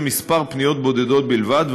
פניות בודדות בלבד,